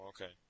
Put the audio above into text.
Okay